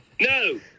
No